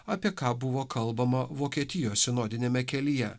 apie ką buvo kalbama vokietijos sinodiniame kelyje